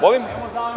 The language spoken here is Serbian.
Molim?